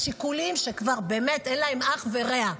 השיקולים שכבר באמת אין להם אח ורע,